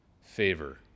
favor